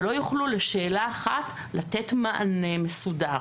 ולא יוכלו לשאלה אחת לתת מענה מסודר.